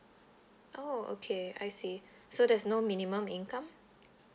oh okay I see so there's no minimum income